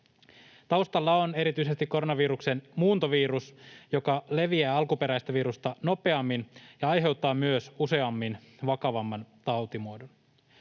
Taustalla on erityisesti koronaviruksen muuntovirus, joka leviää alkuperäistä virusta nopeammin ja aiheuttaa myös useammin vakavamman tautimuodon.